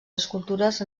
escultures